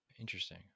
Interesting